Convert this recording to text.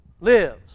lives